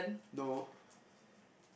no